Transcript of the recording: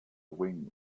wing